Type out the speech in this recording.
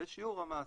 ושיעור המס.